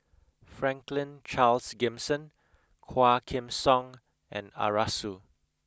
Franklin Charles Gimson Quah Kim Song and Arasu